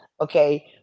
Okay